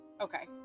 Okay